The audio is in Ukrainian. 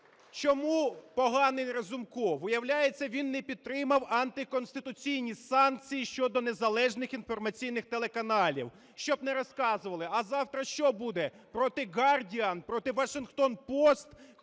Чому поганий Разумков? Виявляється, він не підтримав антиконституційні санкції щодо незалежних інформаційних телеканалів, щоб не розказували. А завтра що буде – проти Guardian, проти Washington